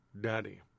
Daddy